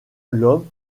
l’homme